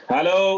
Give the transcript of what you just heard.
Hello